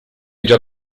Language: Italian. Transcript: già